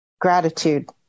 gratitude